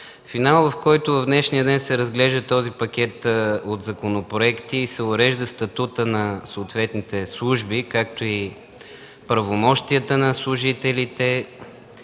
финал, в който в днешния ден се разглежда този пакет от законопроекти и се урежда статутът на съответните служби, както и правомощията на служителите.